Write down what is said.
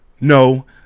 No